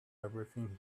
everything